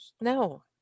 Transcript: No